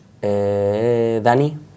Danny